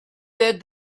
that